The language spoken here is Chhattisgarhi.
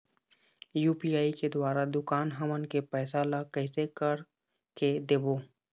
यू.पी.आई के द्वारा दुकान हमन के पैसा ला कैसे कर के देबो?